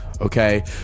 okay